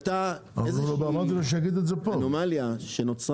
ראשית, לא הייתה לי הזדמנות כרגע עם הצהרת